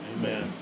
Amen